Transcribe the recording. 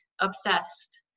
obsessed